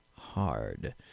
hard